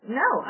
no